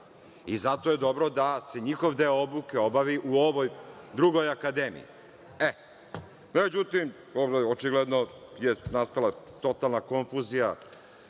Zato je dobro da se njihov deo obuke obavi u ovoj drugoj akademiji.Međutim, očigledno je nastala totalna konfuzija